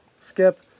Skip